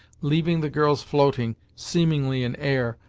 leaving the girls floating, seemingly in air,